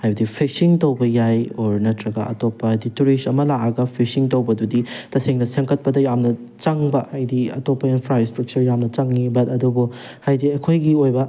ꯍꯥꯏꯕꯗꯤ ꯐꯤꯁꯤꯡ ꯇꯧꯕ ꯌꯥꯏ ꯑꯣꯔ ꯅꯠꯇ꯭ꯔꯒ ꯑꯇꯣꯞꯄ ꯍꯥꯏꯗꯤ ꯇꯨꯔꯤꯁ ꯑꯃꯥ ꯂꯥꯛꯑꯒ ꯐꯤꯁꯤꯡ ꯇꯧꯕꯗꯨꯗꯤ ꯇꯁꯦꯡꯅ ꯁꯦꯝꯒꯠꯄꯗ ꯌꯥꯝꯅ ꯆꯪꯕ ꯍꯥꯏꯗꯤ ꯑꯇꯣꯞꯄ ꯏꯟꯐ꯭ꯔꯥ ꯏꯁꯇ꯭ꯔꯛꯆꯔ ꯌꯥꯝꯅ ꯆꯪꯉꯤ ꯕꯠ ꯑꯗꯨꯕꯨ ꯍꯥꯏꯗꯤ ꯑꯩꯈꯣꯏꯒꯤ ꯑꯣꯏꯕ